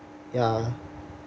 ya